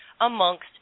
amongst